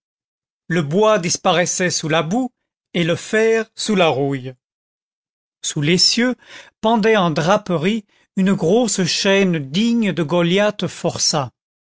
le bois disparaissait sous la boue et le fer sous la rouille sous l'essieu pendait en draperie une grosse chaîne digne de goliath forçat